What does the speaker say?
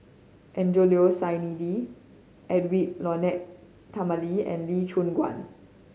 Angelo Sanelli Edwy Lyonet Talma and Lee Choon Guan